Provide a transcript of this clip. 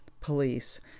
police